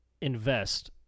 invest